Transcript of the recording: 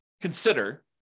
consider